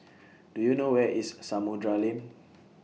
Do YOU know Where IS Samudera Lane